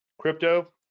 crypto